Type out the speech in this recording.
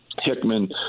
Hickman